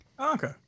okay